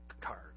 card